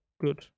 good